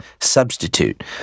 substitute